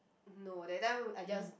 no that time I just